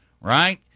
right